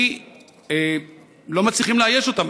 כי לא מצליחים לאייש אותם.